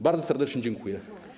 Bardzo serdecznie dziękuję.